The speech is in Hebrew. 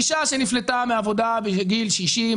אישה שנפלטה מהעבודה בגיל 60,